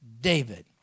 David